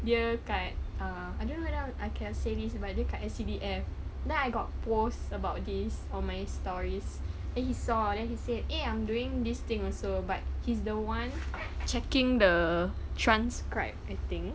dia kat err I don't know whether I can say this sebab dia kat S_C_D_F then I got posts about this on my stories and he saw then he say eh I'm doing this thing also but he's the one checking the transcribe I think